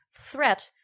threat